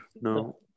No